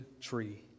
tree